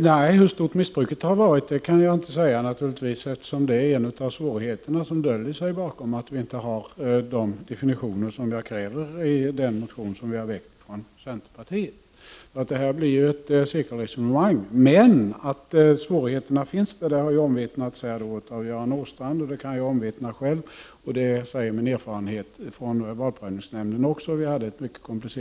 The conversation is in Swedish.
Herr talman! Hur stort missbruket har varit kan jag naturligtvis inte säga eftersom detta är en av svårigheterna som följer av att vi inte har de definitioner jag kräver i den motien centerpartiet har väckt. Detta blir således ett cirkelresonemang. Men att svårigheterna finns har ju omvittnats av Göran Åstrand, och det kan även jag själv omvittna. Även min erfarenhet från valprövningsnämnden säger detta. Vi hade t.ex.